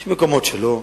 יש מקומות שלא.